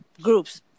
groups